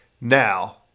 Now